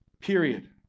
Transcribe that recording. period